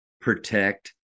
protect –